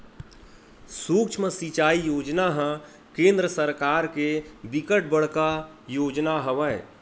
सुक्ष्म सिचई योजना ह केंद्र सरकार के बिकट बड़का योजना हवय